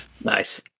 nice